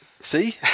See